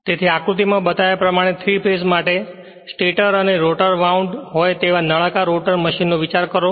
તેથી આકૃતિમાં બતાવ્યા પ્રમાણે 3 ફેજ માટે સ્ટેટર અને રોટર વાઉંડ હોય તેવા નળાકાર રોટર મશીનનો વિચાર કરો